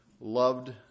loved